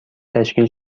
تشکیل